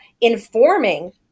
informing